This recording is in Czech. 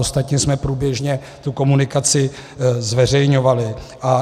Ostatně jsme průběžně tu komunikaci zveřejňovali.